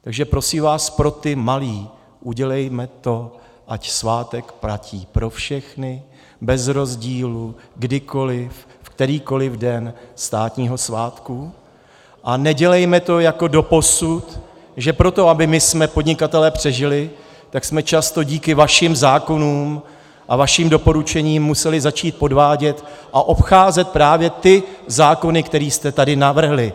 Takže prosím vás, pro ty malé udělejme to, ať svátek platí pro všechny bez rozdílu, kdykoliv, kterýkoliv den státního svátku, a nedělejme to jako doposud, že pro to, abychom my podnikatelé přežili, tak jsme často díky vašim zákonům a vašim doporučením museli začít podvádět a obcházet právě ty zákony, které jste tady navrhli.